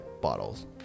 bottles